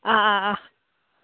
ꯑꯥ ꯑꯥ ꯑꯥ